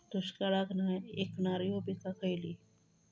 दुष्काळाक नाय ऐकणार्यो पीका खयली?